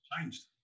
Changed